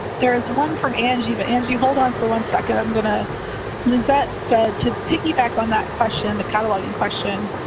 there's one from angie, but angie, hold on for one second. i'm going to ah lissette said, to piggyback on that question, the cataloging question,